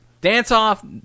Dance-off